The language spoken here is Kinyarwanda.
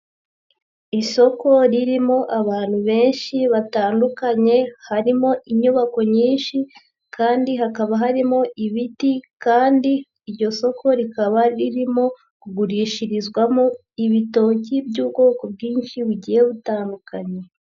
Isoko ririmo abantu benshi batandukanye, harimo inyubako nyinshi kandi hakaba harimo ibiti kandi iryo soko rikaba ririmo kugurishirizwamo ibitoki by'ubwoko bwinshi bugiye butandukanye.